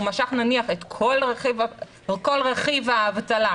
הוא משך נניח את כל רכיב האבטלה,